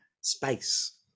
space